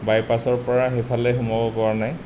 বাইপাছৰ পৰা সেইফালে সোমাব পৰা নাই